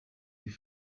die